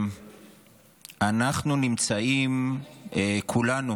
אנחנו כולנו